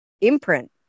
imprint